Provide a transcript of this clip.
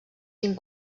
cinc